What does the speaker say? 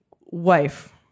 wife